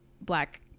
black